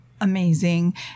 amazing